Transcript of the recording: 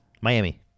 Miami